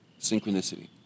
synchronicity